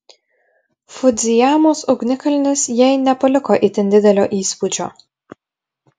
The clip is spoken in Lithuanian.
fudzijamos ugnikalnis jai nepaliko itin didelio įspūdžio